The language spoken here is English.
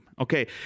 Okay